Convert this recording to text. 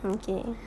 okay